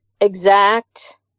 exact